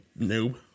noob